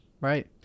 right